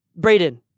brayden